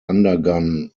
undergone